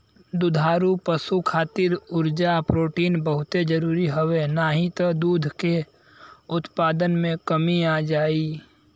दुधारू पशु खातिर उर्जा, प्रोटीन बहुते जरुरी हवे नाही त दूध के उत्पादन में कमी आ जाई